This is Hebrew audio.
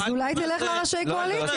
אז אולי תלך לראשי קואליציה.